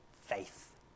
faith